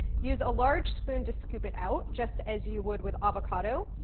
use a large spoon to scoop it out just as you would with avocado,